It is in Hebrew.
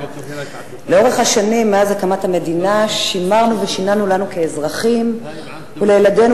לאורך השנים מאז הקמת המדינה שימרנו ושיננו לנו כאזרחים ולילדינו